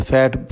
Fat